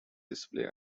display